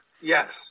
yes